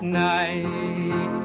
night